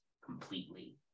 completely